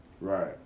Right